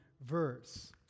verse